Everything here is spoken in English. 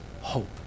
hope